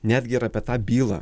netgi ir apie tą bylą